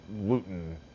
Luton